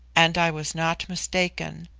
and i was not mistaken.